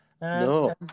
No